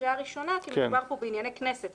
לקריאה ראשונה כי מדובר פה בענייני כנסת.